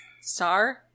star